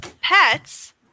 pets